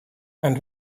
and